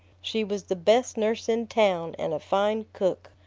she was the best nurse in town and a fine cook.